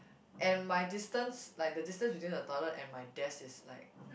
and my distance like the distance between the toilet and my desk is like